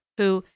who,